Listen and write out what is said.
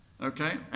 Okay